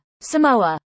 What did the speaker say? Samoa